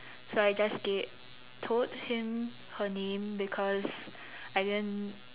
so I just gave told him her name because I didn't